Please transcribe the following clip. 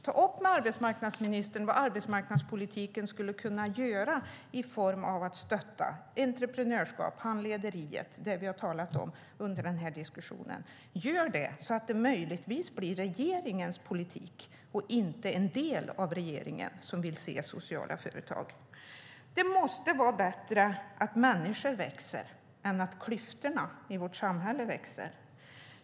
Ta upp med arbetsmarknadsministern vad som skulle kunna göras inom arbetsmarknadspolitiken i form av att stötta entreprenörskap och handledning, alltså det som vi har talat om under denna diskussion. Gör det så att det möjligtvis blir regeringens politik - inte en del av regeringen - att man vill se sociala företag. Det måste vara bättre att människor växer än att klyftorna i vårt samhälle växer.